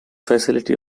facility